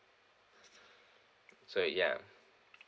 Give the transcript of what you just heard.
so ya